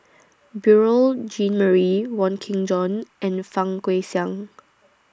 Beurel Jean Marie Wong Kin Jong and Fang Guixiang